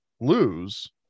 lose